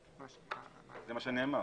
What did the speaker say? זה מה שנאמר.